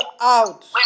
out